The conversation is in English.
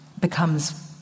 becomes